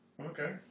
Okay